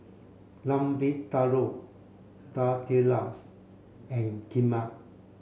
Lamb Vindaloo Tortillas and Kheema